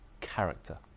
character